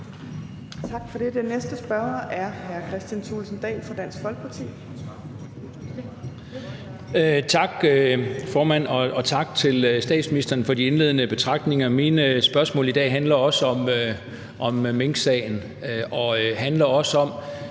13:13 Spm. nr. US 13 Kristian Thulesen Dahl (DF): Tak, formand, og tak til statsministeren for de indledende betragtninger. Mine spørgsmål i dag handler også om minksagen, og de handler også om,